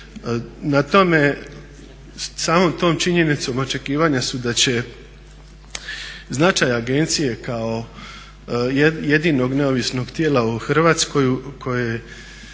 okruženje. Samom tom činjenicom očekivanja su da će značaj agencije kao jedinog neovisnog tijela u Hrvatskoj koje